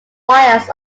fires